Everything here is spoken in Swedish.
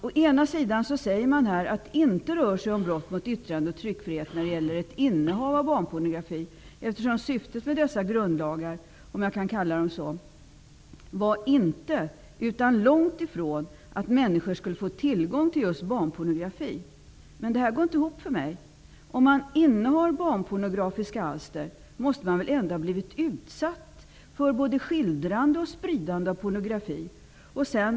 Å ena sidan säger man här att innehav av barnpornografi inte är brott i yttrande och tryckfrihetslagstiftningens mening, även om syftet med dessa grundlagar långt ifrån var att människor skulle få tillgång till just barnpornografi. Men det här går inte ihop för mig. Om man innehar barnpornografiska alster måste man väl ändå ha varit delaktig i både skildrande och spridande av pornografi.